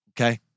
Okay